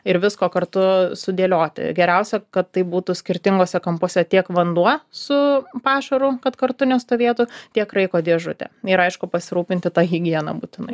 ir visko kartu sudėlioti geriausia kad tai būtų skirtinguose kampuose tiek vanduo su pašaru kad kartu nestovėtų tiek kraiko dėžutė ir aišku pasirūpinti ta higiena būtinai